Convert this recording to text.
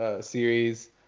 series